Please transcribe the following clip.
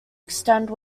extend